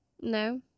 No